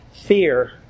Fear